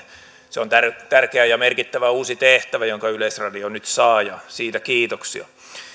se on tärkeä ja merkittävä uusi tehtävä jonka yleisradio nyt saa ja siitä kiitoksia